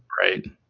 Right